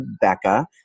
Becca